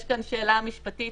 יש כאן שאלה משפטית,